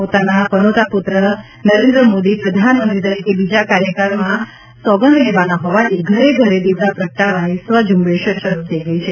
પોતાના પનોતા પુત્ર નરેન્દ્ર મોદી પ્રધાનમંત્રી તરીકે બીજા કાર્યકાળ માટે સોગંદ લેવાના હોવાથી ઘરે ઘરે દિવડાં પ્રગટાવવાની સ્વઝૂંબેશ શરૂ થઈ ગઈ છે